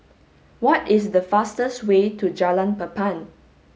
what is the fastest way to Jalan Papan